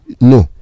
no